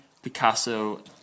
Picasso